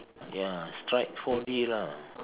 ya strike four D lah